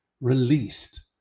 released